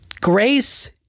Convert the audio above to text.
Grace